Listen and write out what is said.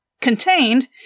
contained